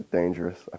dangerous